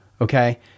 Okay